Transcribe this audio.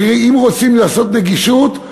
אם רוצים לעשות נגישות,